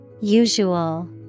Usual